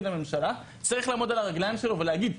לממשלה צריך לעמוד על הרגליים שלו ולהגיד,